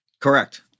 Correct